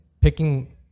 picking